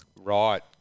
Right